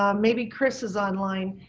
um maybe chris is online.